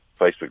Facebook